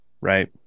right